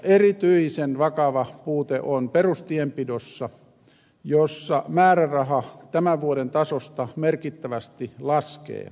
erityisen vakava puute on perustienpidossa jossa määräraha tämän vuoden tasosta merkittävästi laskee